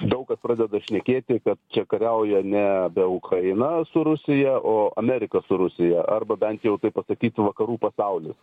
daug kas pradeda šnekėti kad čia kariauja ne be ukraina su rusija o amerika su rusija arba bent jau taip pasakytų vakarų pasaulis